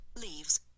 leaves